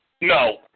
No